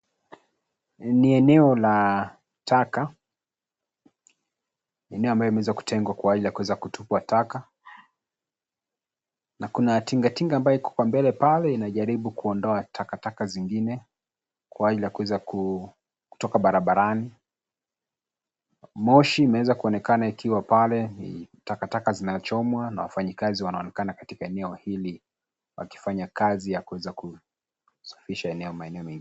Ni eneo la taka, eneo ambayo imeweza kutengwa Kwa ajili ya kuweza kutupwa taka, na kuna tingatinga ambayo iko mbele pale inajaribu kuondoa takataka zingine Kwa ajili ya kuweza kutoka barabarani. Moshi imeweza kuonekana ikiwa pale. Takataka zinachomwa na wafanyikazi wanaoonekana katika eneo hili wakifanya kazi ya kuweza kusafisha eneo.